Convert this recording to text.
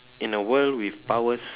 in a world with powers